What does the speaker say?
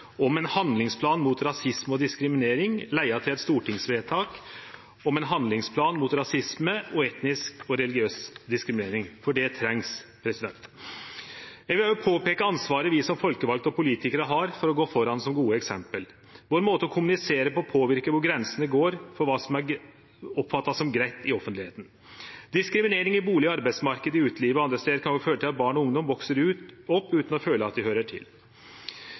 om ein handlingsplan mot rasisme og diskriminering – leidde til eit stortingsvedtak om ein handlingsplan mot rasisme og etnisk og religiøs diskriminering, for det trengst. Eg vil òg peike på ansvaret vi som folkevalde og politikarar har for å gå føre som gode eksempel. Måten vår å kommunisere på påverkar kvar grensene går for kva som vert oppfatta som greitt i offentlegheita. Diskriminering i bustad-, arbeidsmarknaden, i utelivet og andre stader kan føre til at barn og ungdom veks opp utan å føle at dei høyrer til.